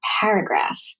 paragraph